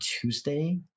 Tuesday